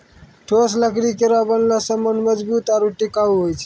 ठोस लकड़ी केरो बनलो सामान मजबूत आरु टिकाऊ होय छै